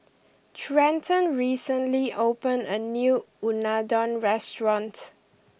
Trenton recently opened a new Unadon restaurant